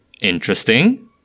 Interesting